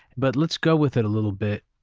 but let's go with it a little bit.